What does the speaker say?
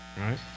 right